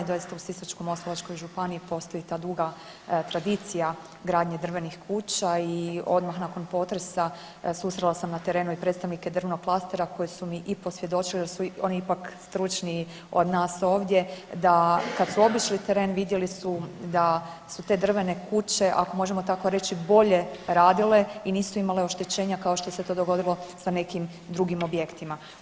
Doista u Sisačko-moslavačkoj županiji postoji ta duga tradicija gradnje drvenih kuća i odmah nakon potresa susrela sam na terenu i predstavnike drvnog klastera koji su mi i posvjedočili, jer su oni ipak stručniji od nas ovdje, da kad su obišli teren vidjeli su da su te drvene kuće ako možemo tako reći bolje radile i nisu imale oštećenja kao što se to dogodilo sa nekim drugim objektima.